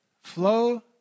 Flow